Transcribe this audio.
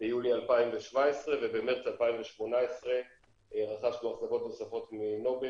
ביולי 2017 ובמרץ 2018 רכשנו החזקות נוספות מנובל